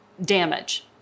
damage